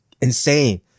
insane